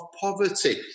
Poverty